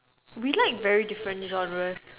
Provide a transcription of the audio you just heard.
we like very different genres